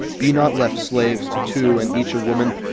be not left slaves to two and each a woman!